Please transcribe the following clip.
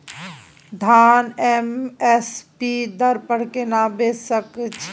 धान M S P दर पर केना बेच सकलियै?